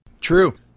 True